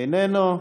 אינו נוכח,